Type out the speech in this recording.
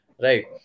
Right